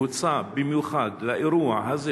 שהוצא במיוחד לאירוע הזה,